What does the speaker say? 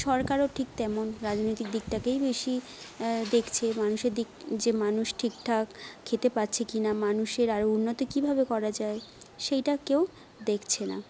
সরকারও ঠিক তেমন রাজনৈতিক দিকটাকেই বেশি দেখছে মানুষের দিক যে মানুষ ঠিকঠাক খেতে পাচ্ছে কি না মানুষের আরও উন্নতি কীভাবে করা যায় সেইটা কেউ দেখছে না